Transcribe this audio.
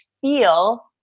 feel